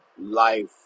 life